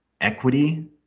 equity